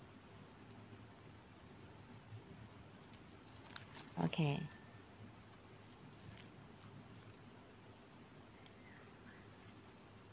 okay